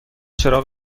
چراغ